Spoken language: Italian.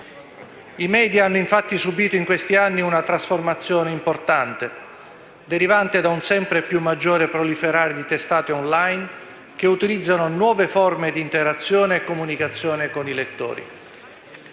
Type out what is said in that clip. I *media* hanno, infatti, subito in questi anni una trasformazione importante, derivante da una proliferazione sempre crescente di testate *online*, che utilizzano nuove forme di interazione e comunicazione con i lettori.